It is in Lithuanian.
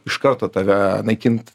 iš karto tave naikint